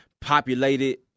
populated